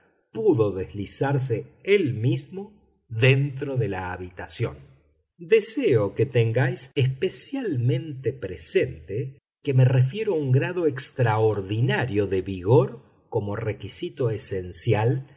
pudo deslizarse él mismo dentro de la habitación deseo que tengáis especialmente presente que me refiero a un grado extraordinario de vigor como requisito esencial